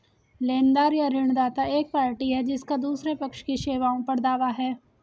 लेनदार या ऋणदाता एक पार्टी है जिसका दूसरे पक्ष की सेवाओं पर दावा है